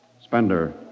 Spender